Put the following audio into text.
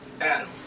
Adam